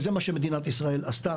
וזה מה שמדינת ישראל עשתה,